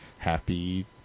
happy